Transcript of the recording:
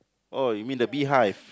oh you mean the beehive